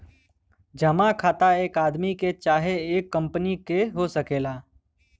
जमा खाता एक आदमी के चाहे एक कंपनी के हो सकेला